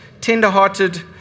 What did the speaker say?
tender-hearted